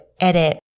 edit